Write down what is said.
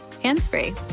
hands-free